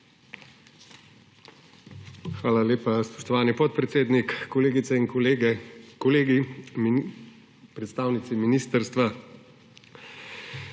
Hvala lepa, spoštovani podpredsednik. Kolegice in kolegi, predstavnici ministrstva!